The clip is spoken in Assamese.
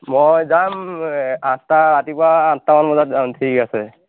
মই যাম আঠটা ৰাতিপুৱা আঠটামান বজাত যাম ঠিক আছে